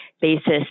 basis